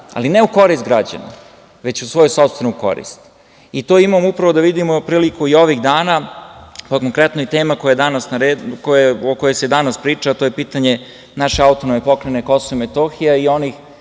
ali ne u korist građana, već u svoju sopstvenu korist. To imamo upravo da vidimo priliku ovih dana. Konkretno, tema o kojoj se danas priča, a to je pitanje naše AP Kosovo i Metohija i onih